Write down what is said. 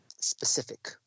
specific